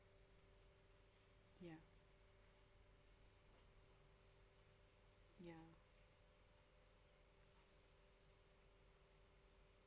ya ya